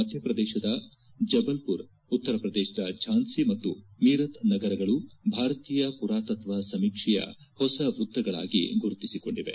ಮಧ್ಯಪ್ರದೇಶದ ಜಬಲ್ಪುರ್ ಉತ್ತರ ಪ್ರದೇಶದ ಝಾನ್ಲಿ ಮತ್ತು ಮೀರತ್ ನಗರಗಳು ಭಾರತೀಯ ಪುರಾತತ್ವ ಸಮೀಕ್ಷೆಯ ಹೊಸ ವೃತ್ತಗಳಾಗಿ ಗುರುತಿಸಿಕೊಂಡಿವೆ